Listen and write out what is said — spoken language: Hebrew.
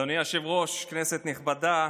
אדוני היושב-ראש, כנסת נכבדה,